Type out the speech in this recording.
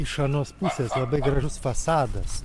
iš anos pusės labai gražus fasadas